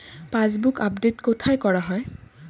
Passbook update কোথায় করা হয়?